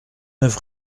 neuf